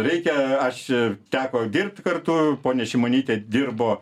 reikia aš ir teko dirbt kartu ponia šimonytė dirbo